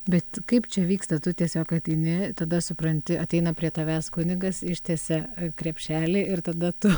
bet kaip čia vyksta tu tiesiog ateini tada supranti ateina prie tavęs kunigas ištiesia krepšelį ir tada tu